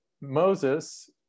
Moses